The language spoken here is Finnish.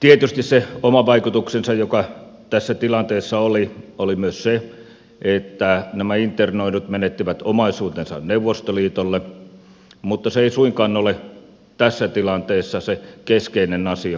tietysti se oma vaikutuksensa joka tässä tilanteessa oli oli myös sillä että nämä internoidut menettivät omaisuutensa neuvostoliitolle mutta se ei suinkaan ole tässä tilanteessa se keskeinen asia